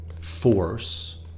force